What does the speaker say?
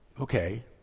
Okay